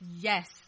yes